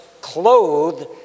clothed